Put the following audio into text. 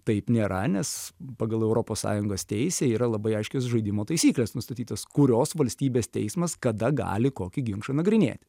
taip nėra nes pagal europos sąjungos teisę yra labai aiškios žaidimo taisyklės nustatytos kurios valstybės teismas kada gali kokį ginčą nagrinėti